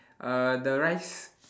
uh the rice